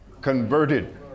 converted